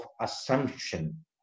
Assumption